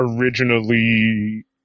originally